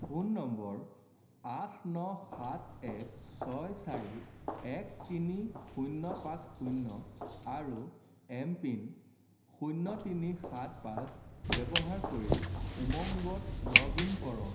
phone নম্বৰ আঠ ন সাত এক ছয় চাৰি এক তিনি শূন্য পাঁচ শূন্য আৰু এমপিন শূন্য তিনি সাত পাঁচ ব্যৱহাৰ কৰি উমংগত লগ ইন কৰক